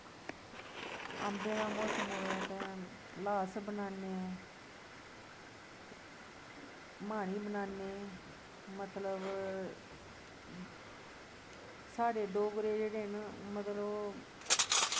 अम्बें दा मौसम होऐ ते ल्हास बनाने म्हानी बनाने मतलब साढ़े डोगरे जेह्ड़े न मतलब